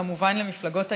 כמובן למפלגות הימין?